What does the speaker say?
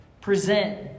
present